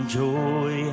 joy